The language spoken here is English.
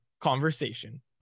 Conversation